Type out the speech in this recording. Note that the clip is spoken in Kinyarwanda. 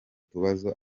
tubazo